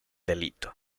delito